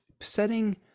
setting